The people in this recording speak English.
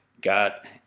got